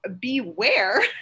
beware